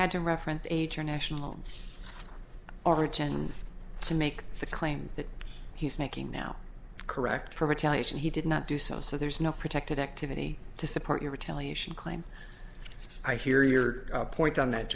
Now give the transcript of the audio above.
to reference age or national origin to make the claim that he's making now correct for retaliation he did not do so so there's no protected activity to support your retaliation claim i hear your point on that